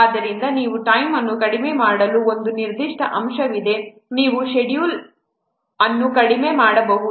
ಆದ್ದರಿಂದ ನೀವು ಟೈಮ್ ಅನ್ನು ಕಡಿಮೆ ಮಾಡಲು ಒಂದು ನಿರ್ದಿಷ್ಟ ಅಂಶವಿದೆ ನೀವು ಶೆಡ್ಯೂಲ್ ಅನ್ನು ಕಡಿಮೆ ಮಾಡಬಹುದು